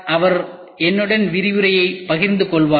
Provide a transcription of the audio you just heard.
அவர் என்னுடன் விரிவுரையைப் பகிர்ந்து கொள்வார்